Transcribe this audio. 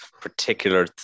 particular